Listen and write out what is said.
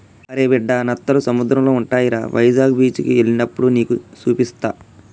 అరే బిడ్డా నత్తలు సముద్రంలో ఉంటాయిరా వైజాగ్ బీచికి ఎల్లినప్పుడు నీకు సూపిస్తా